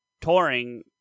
touring